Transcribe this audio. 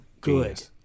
good